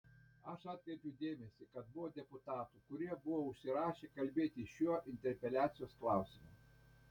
aš atkreipiu dėmesį kad buvo deputatų kurie buvo užsirašę kalbėti šiuo interpeliacijos klausimu